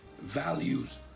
values